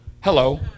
Hello